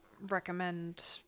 recommend